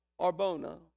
Arbona